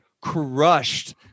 crushed